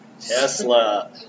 Tesla